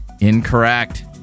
Incorrect